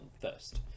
first